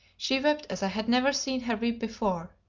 she wept as i had never seen her weep before.